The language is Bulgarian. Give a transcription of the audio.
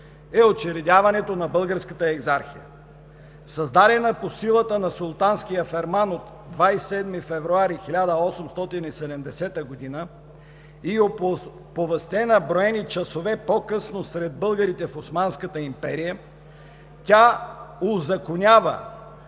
е учредяването на Българската екзархия. Създадена по силата на султански ферман на 27 февруари 1870 г. и оповестена броени часове по-късно сред българите в Османската империя, тя узаконява